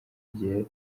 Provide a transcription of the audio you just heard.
igihe